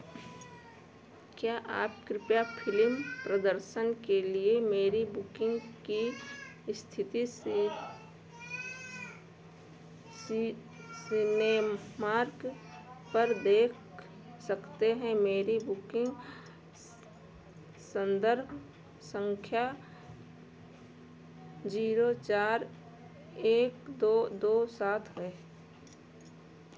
क्या आप कृपया फिलीम प्रदर्शन के लिए मेरी बुकिंग की स्थिति सि सी सिनेमार्क पर देख सकते हैं मेरी बुकिंग संदर्भ संख्या जीरो चार एक दो दो सात है